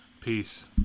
Peace